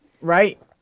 right